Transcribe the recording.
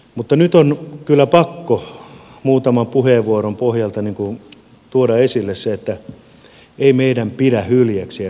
mutta nyt on kyllä pakko muutaman puheenvuoron pohjalta tuoda esille se että ei meidän pidä hyljeksiä suuryrityksiä